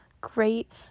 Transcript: great